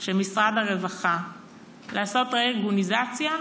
של משרד הרווחה לעשות רה-אורגניזציה?